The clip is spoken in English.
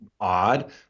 odd